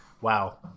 Wow